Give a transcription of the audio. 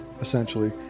essentially